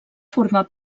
formar